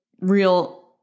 real